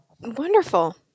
wonderful